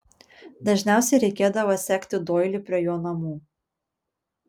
dažniausiai reikėdavo sekti doilį prie jo namų